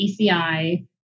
ECI